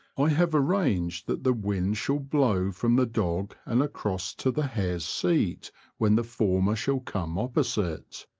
i have arranged that the wind shall blow from the dog and across to the hare's seat when the former shall come opposite.